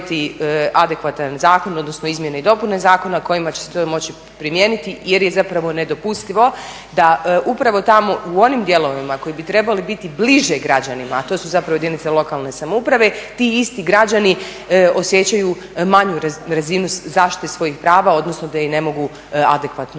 adekvatan zakon, odnosno izmjene i dopune zakona kojima će se to moći primijeniti jer je zapravo nedopustivo da upravo tamo u onim dijelovima koji bi trebali biti bliže građanima, a to su zapravo jedinice lokalne samouprave, ti isti građani osjećaju manju razinu zaštite svojih prava, odnosno da ih ne mogu adekvatno